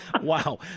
Wow